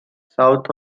south